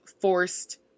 forced